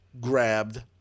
grabbed